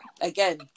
again